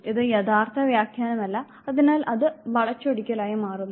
ഇത് യഥാർത്ഥ വ്യാഖ്യാനമല്ല അതിനാൽ അത് വളച്ചൊടിക്കലായി മാറുന്നു